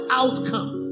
outcome